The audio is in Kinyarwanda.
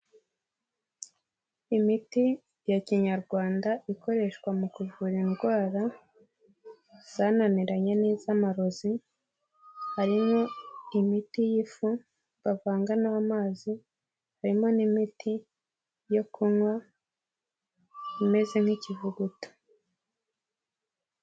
Imiti ya kinyarwanda ikoreshwa mu kuvura indwara zananiranye n'iz'amarozi harimo imiti y'ifu bavanga n'amazi, harimo n'imiti yo kunywa imeze nk'ikivuguto.